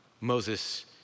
Moses